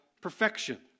perfection